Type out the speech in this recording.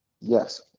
Yes